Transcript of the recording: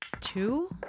two